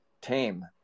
tame